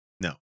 No